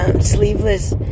sleeveless